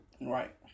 Right